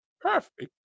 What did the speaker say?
perfect